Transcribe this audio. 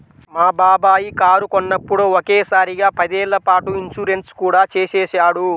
మా బాబాయి కారు కొన్నప్పుడే ఒకే సారిగా పదేళ్ళ పాటు ఇన్సూరెన్సు కూడా చేసేశాడు